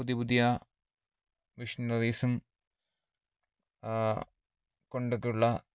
പുതിയ പുതിയ മിഷിനറീസും കൊണ്ടൊക്കെ ഉള്ള